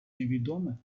невідоме